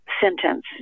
sentence